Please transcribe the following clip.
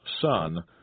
son